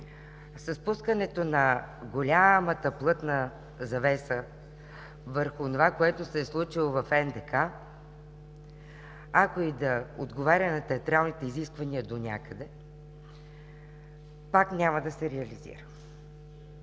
с пускането на голямата, плътна завеса върху онова, което се е случило в НДК, ако и да отговаря на театралните изисквания донякъде, пак няма да се реализира.